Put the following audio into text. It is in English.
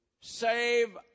Save